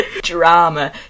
Drama